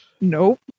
Nope